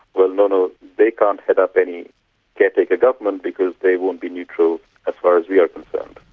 well, no, no, they can't head up any caretaker government because they won't be neutral as far as we are concerned.